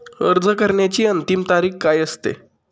अर्ज करण्याची अंतिम तारीख काय असते?